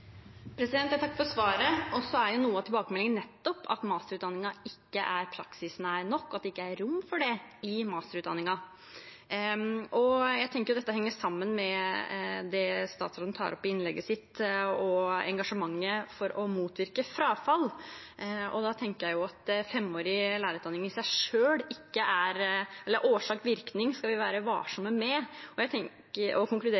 Noe av tilbakemeldingen er jo nettopp at masterutdanningen ikke er praksisnær nok, og at det ikke er rom for det i masterutdanningen. Jeg tenker at dette henger sammen med det statsråden tar opp i innlegget sitt, og engasjementet for å motvirke frafall. Årsak–virkning skal vi være varsomme med å konkludere om, og jeg tenker at hans engasjement for firerkrav i